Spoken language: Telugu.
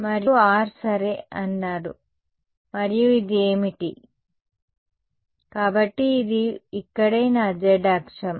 మరియు R సరే అన్నారు మరియు ఇది ఏమిటి కాబట్టి ఇది ఇక్కడే నా z అక్షం